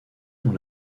dans